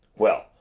well,